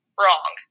wrong